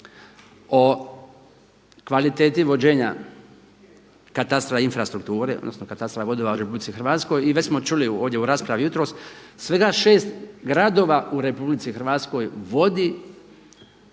o kvaliteti vođenja katastra infrastrukture odnosno katastra vodova u Republici Hrvatskoj. I već smo čuli ovdje u raspravi jutros, svega 6 gradova u RH vodi